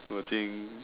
watching